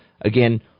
Again